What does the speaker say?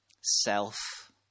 self